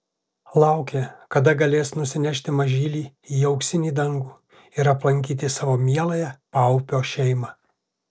laukė kada galės nusinešti mažylį į auksinį dangų ir aplankyti savo mieląją paupio šeimą